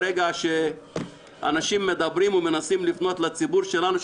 ברגע שאנשים מדברים ומנסים לפנות לציבור שלנו,